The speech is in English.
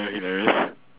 damn hilarious